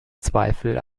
zweifel